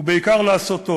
ובעיקר לעשות טוב.